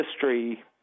history